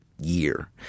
year